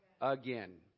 Again